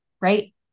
right